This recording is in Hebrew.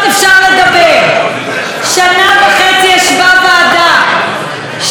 שנה וחצי ישבה ועדה שבדקה את הקולנוע הישראלי,